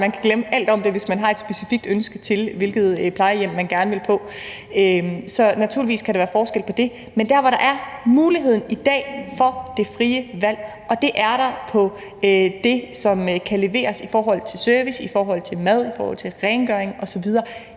man kan glemme alt om det, hvis man har et specifikt ønske til, hvilket plejehjem man gerne vil på. Så naturligvis kan der være forskel på det. Men der, hvor der er muligheden i dag for det frie valg – og det er der på det, som kan leveres i forhold til service, i forhold til mad, i forhold til rengøring osv.